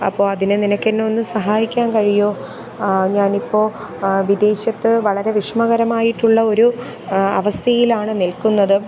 അപ്പോൾ അതിന് നിനക്ക് എന്നെ ഒന്ന് സഹായിക്കാൻ കഴിയുമോ ആ ഞാനിപ്പോൾ വിദേശത്ത് വളരെ വിഷമകരമായിട്ടുള്ള ഒരു അവസ്ഥയിലാണ് നിൽക്കുന്നത്